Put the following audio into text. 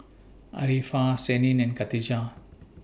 Arifa Senin and Khatijah